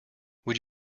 would